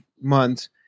months